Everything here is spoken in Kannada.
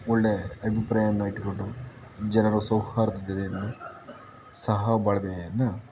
ಒಳ್ಳೆ ಅಭಿಪ್ರಾಯವನ್ನು ಇಟ್ಟುಕೊಂಡು ಜನರು ಸೌಹಾರ್ದತೆಯನ್ನು ಸಹಬಾಳ್ವೆಯನ್ನು